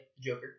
joker